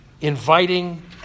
inviting